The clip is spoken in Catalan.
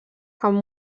amb